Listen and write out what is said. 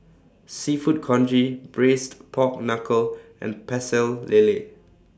Seafood Congee Braised Pork Knuckle and Pecel Lele